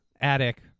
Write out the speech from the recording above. attic